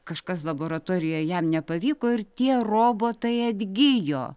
kažkas laboratorijoje jam nepavyko ir tie robotai atgijo